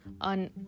on